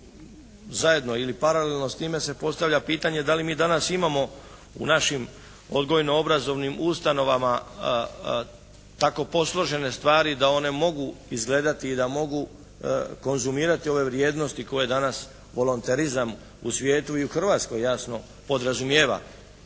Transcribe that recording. zajedno ili paralelno s time se postavlja pitanje da li mi danas imamo u našim odgojno-obrazovnim ustanovama tako posložene stvari da one mogu izgledati i da mogu konzumirati ove vrijednosti koje danas volonterizam u svijetu i u Hrvatskoj jasno podrazumijeva.